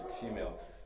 female